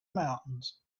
mountains